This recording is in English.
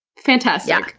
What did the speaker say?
fantastic.